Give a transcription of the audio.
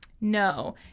No